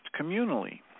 communally